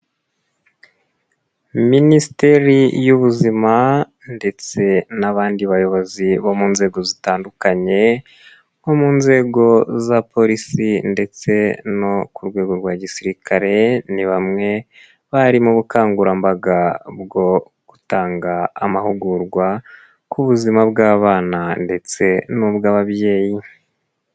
Minisiteri y'ubuzima ndetse n'abandi bayobozi bo mu nzego zitandukanye nko mu nzego za polisi ndetse no ku rwego rwa gisirikare ni bamwe bari mu bukangurambaga bwo gutanga amahugurwa ku buzima bw'abana ndetse n'ubw'ababyeyi.